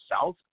South